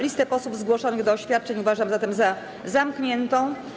Listę posłów zgłoszonych do oświadczeń uważam zatem za zamkniętą.